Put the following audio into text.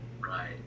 Right